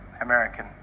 American